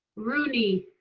rooney.